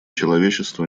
человечества